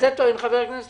זה טוען חבר הכנסת